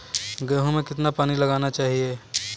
गेहूँ में कितना पानी लगाना चाहिए?